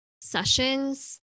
sessions